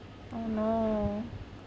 oh no